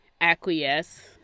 acquiesce